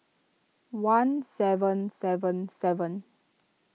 one seven seven seven